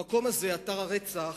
המקום הזה, אתר הרצח,